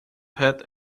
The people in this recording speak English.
pat